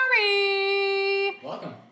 Welcome